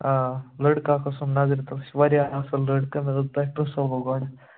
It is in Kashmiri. آ لڑکہٕ اَکھ اوسُم نظرِ تل سُہ چھُ وارِیاہ اَصٕل لڑکہٕ مےٚ دوٚپ تۄیہِ پرٕٛژھٕ ہو بہٕ گۄڈٕ